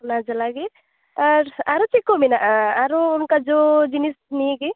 ᱚᱱᱟ ᱡᱟᱞᱟ ᱜᱮ ᱟᱨ ᱟᱨᱚ ᱪᱮᱫ ᱠᱚ ᱢᱮᱱᱟᱜᱼᱟ ᱟᱨᱚ ᱚᱱᱠᱟ ᱡᱚ ᱡᱤᱱᱤᱥ ᱱᱤᱭᱮ ᱜᱮ